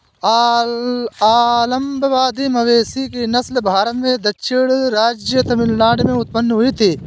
अलंबादी मवेशियों की नस्ल भारत के दक्षिणी राज्य तमिलनाडु में उत्पन्न हुई थी